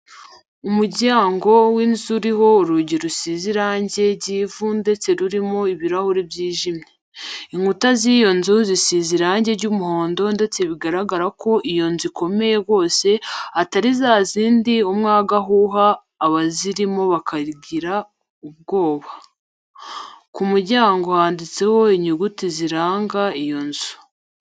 Umuryango w'inzu uriho urugi rusize irange ry'ivu ndetse rurimo ikirahure kijimye. Inkuta z'iyo nzu zisize irange ry'umuhondo ndetse bigaragara ko iyo nzu ikomeye rwosd atari za zindi umyaga uhuha abazirimo bakagira ubwoba. Ku muryango handitseho inyuguti ziranga iyo nzu.